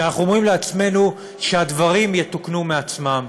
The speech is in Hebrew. שאנחנו אומרים לעצמנו שהדברים יתוקנו מעצמם.